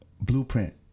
blueprint